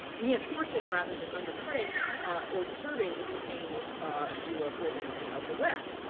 reinforcing rather than undercutting or disturbing the detainees' view of women and of the west.